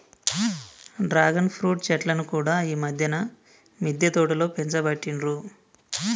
dragon fruit చెట్లను కూడా ఈ మధ్యన మిద్దె తోటలో పెంచబట్టిండ్రు